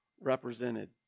represented